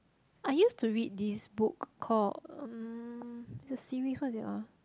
I used to read this book called um it's a series what is it ah